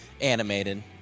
Animated